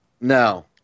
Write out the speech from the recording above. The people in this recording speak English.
No